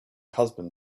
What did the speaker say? husband